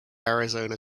arizona